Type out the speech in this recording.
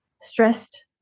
stressed